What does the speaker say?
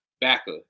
backer